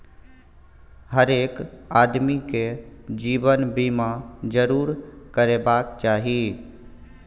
हरेक आदमीकेँ जीवन बीमा जरूर करेबाक चाही